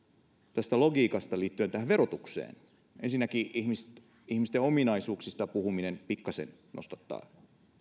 liittyen tähän verotuksen logiikkaan ensinnäkin ihmisten ihmisten ominaisuuksista puhuminen pikkasen nostattaa